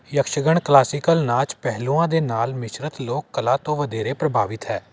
Yakshagana classical ਨਾਚ ਪਹਿਲੂਆਂ ਦੇ ਨਾਲ ਮਿਸ਼ਰਤ ਲੋਕ ਕਲਾ ਤੋਂ ਵਧੇਰੇ ਪ੍ਰਭਾਵਿਤ ਹੈ